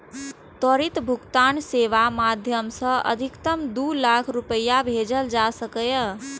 त्वरित भुगतान सेवाक माध्यम सं अधिकतम दू लाख रुपैया भेजल जा सकैए